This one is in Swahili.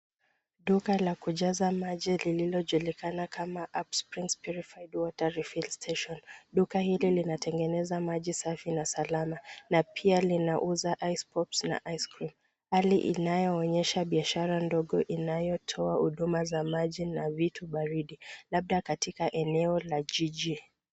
Duka la kujaza maji lililojulikana kama Upsprings Purified Water Refill Station . Duka hili linatengeneza maji safi na salama na pia linauza ice-pops na ice-cream hali inayoonyesha biashara ndogo inayotoa huduma za maji na vitu baridi labda katika eneo la jiji.